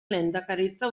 lehendakaritza